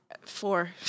four